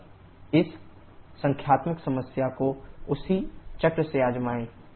बस इस संख्यात्मक समस्या को उसी चक्र से आज़माएँ